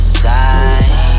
side